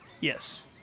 Yes